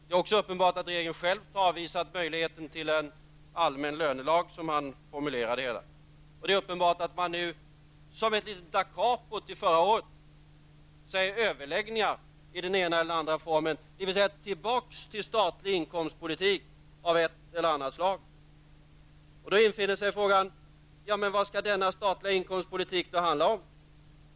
Det är också uppenbart att regeringen själv avvisar möjligheten till en allmän lönelag, som man formulerar det hela. Och det är uppenbart att man nu som ett litet da capo till förra året vill ha överläggningar i den ena eller andra formen, dvs. tillbaka till statlig inkomstpolitik av ett eller annat slag. Då infinner sig frågan: Vad skall denna statliga inkomstpolitik handla om?